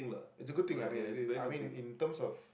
it's a good thing I mean it's it's I mean in terms of